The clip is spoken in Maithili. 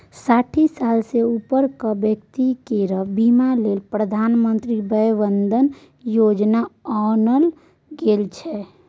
साठि साल सँ उपरक बेकती केर बीमा लेल प्रधानमंत्री बय बंदन योजना आनल गेल छै